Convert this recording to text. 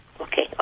Okay